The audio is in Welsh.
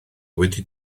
wedi